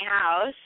house